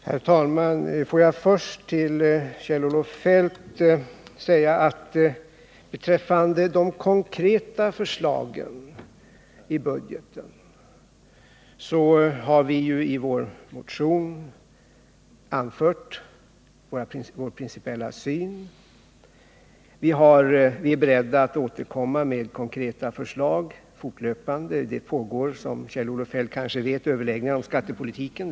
Herr talman! Får jag först till Kjell-Olof Feldt säga att vi ju i vår motion har anfört vår principiella syn vad gäller de konkreta förslagen i budgeten. Vi är beredda att fortlöpande återkomma med konkreta förslag. Det pågår, som Kjell-Olof Feldt kanske vet, överläggningar om skattepolitiken.